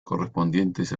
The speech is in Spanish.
correspondientes